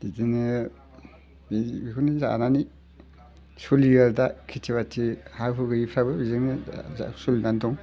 बिदिनो बेखौनो जानानै सोलियो आरो दा खेथि बाथि हा हु गैयैफ्राबो बेजोंनो सोलिनानै दं